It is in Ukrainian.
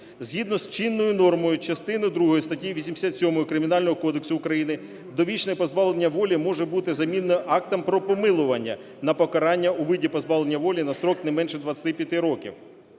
Згідно з чиною нормою частини другої статті 87 Кримінального кодексу України довічне позбавлення волі може бути замінене актом про помилування на покарання у виді позбавлення волі на строк не менше 25 років.